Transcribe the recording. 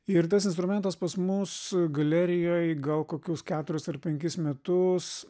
ir tas instrumentas pas mus galerijoj gal kokius keturis ar penkis metus